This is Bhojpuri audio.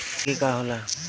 रागी का होला?